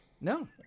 No